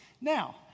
Now